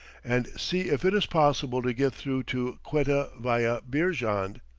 and see if it is possible to get through to quetta via beerjand.